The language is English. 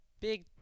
big